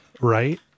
right